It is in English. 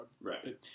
Right